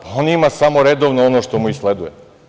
Pa, on ima samo redovno ono što mu i sleduje.